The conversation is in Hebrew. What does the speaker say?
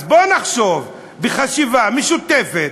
אז בוא נחשוב, חשיבה משותפת,